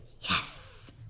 Yes